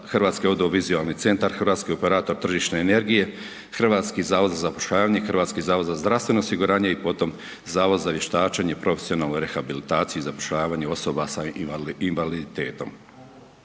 Hrvatski audiovizualni centar, Hrvatski operator hrvatske energije, Hrvatski zavod za zapošljavanje, HZZO i potom Zavod za vještačenje i profesionalnu rehabilitaciju i zapošljavanje osoba s invaliditetom